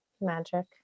magic